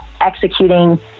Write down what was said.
executing